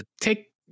take